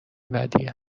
بدیم